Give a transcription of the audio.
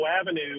avenue